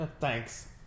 Thanks